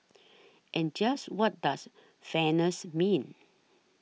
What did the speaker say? and just what does fairness mean